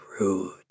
rude